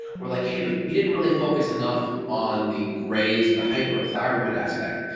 we're like, hey but, you didn't really focus enough on the graves', the hyperthyroid aspect.